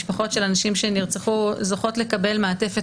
משפחות של אנשים שנרצחו זוכות לקבל מעטפת